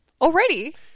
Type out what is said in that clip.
Already